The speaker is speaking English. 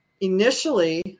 Initially